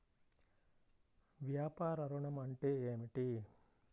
వ్యాపార ఋణం అంటే ఏమిటి?